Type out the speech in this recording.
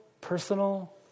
personal